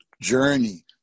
journey